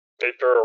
paper